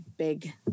big